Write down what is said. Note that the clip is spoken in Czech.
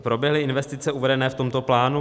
Proběhly investice uvedené v tomto plánu?